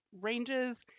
ranges